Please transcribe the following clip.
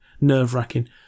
nerve-wracking